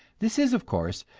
this is, of course,